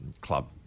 club